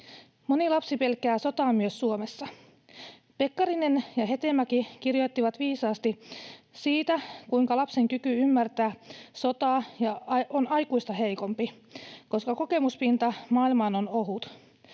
Moni lapsi pelkää sotaa myös Suomessa. Pekkarinen ja Hetemäki kirjoittivat viisaasti siitä, kuinka lapsen kyky ymmärtää sotaa on aikuista heikompi, koska kokemuspinta maailmaan on ohut.